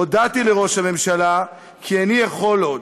הודעתי לראש הממשלה כי איני יכול עוד.